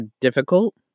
difficult